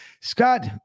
Scott